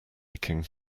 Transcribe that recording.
aching